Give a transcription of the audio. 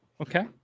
Okay